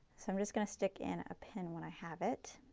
so i'm just going to stick in a pin when i have it,